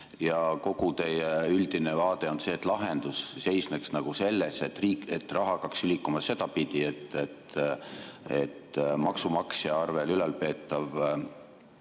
Ja kogu teie üldine vaade on see, et lahendus seisneks nagu selles, et raha hakkaks liikuma sedapidi, et maksumaksja arvel ülalpeetav